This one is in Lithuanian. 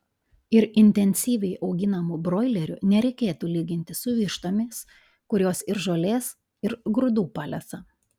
ir intensyviai auginamų broilerių nereikėtų lyginti su vištomis kurios ir žolės ir grūdų palesa